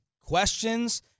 questions